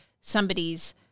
somebody's